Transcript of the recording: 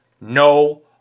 No